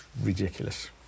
ridiculous